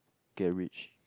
get rich